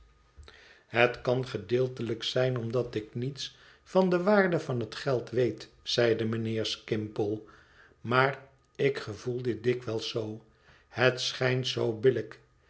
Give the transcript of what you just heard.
het kan gedeeltelijk zijn omdat ik niets van de waarde van het geld weet zeide mijnheer skimpole maar ik gevoel dit dikwijls zoo het schijnt zoo